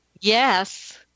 Yes